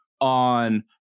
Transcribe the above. on